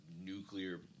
nuclear